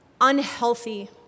unhealthy